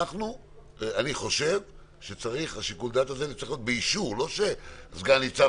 אני חושב שצריך להיות באישור לא שסגן ניצב